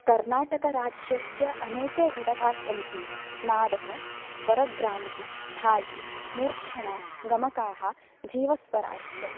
कर्णाटकराज्यस्य अनेके घटकाः सन्ति नादः स्वरग्रामः स्थायी मूर्छना गमकाः जीवस्वराश्च